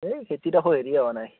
এই খেতি দেখো হেৰিয়ে হোৱা নাই